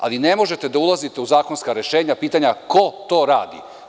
Ali, ne možete da ulazite u zakonska rešenja pitanjima - ko to radi?